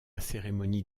cérémonie